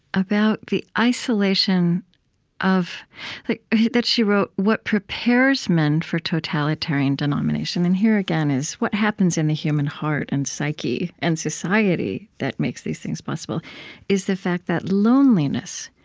about the isolation of like that she wrote, what prepares men for a totalitarian domination and here, again, is what happens in the human heart and psyche and society that makes these things possible is the fact that loneliness,